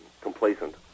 complacent